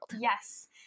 Yes